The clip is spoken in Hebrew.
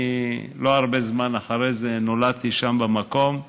אני, לא הרבה זמן אחרי זה, נולדתי שם, במקום.